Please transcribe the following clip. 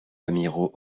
amiraux